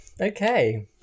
Okay